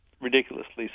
ridiculously